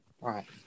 right